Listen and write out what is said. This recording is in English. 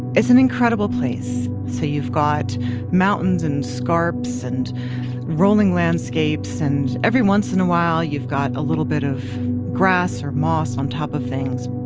it's an incredible place. so you've got mountains and scarps and rolling landscapes, and every once in a while you've got a little bit of grass or moss on top of things.